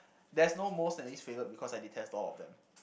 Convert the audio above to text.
there's no most and least favourite because I detest all of them